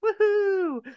Woohoo